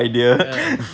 ah